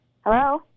Hello